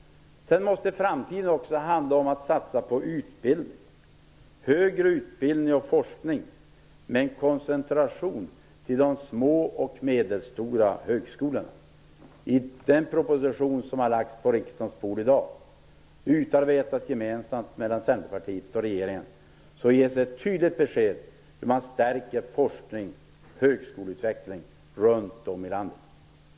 Sedan måste framtiden också handla om att satsa på högre utbildning och forskning med en koncentration till de små och medelstora högskolorna. I den proposition som har lagts på riksdagens bord i dag och som utarbetats gemensamt av Centerpartiet och regeringen ges ett tydligt besked om hur man stärker forskning och högskoleutbildning runt om i landet.